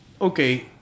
okay